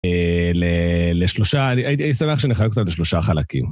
לשלושה, הייתי שמח שנחלק אותה לשלושה חלקים.